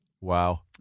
Wow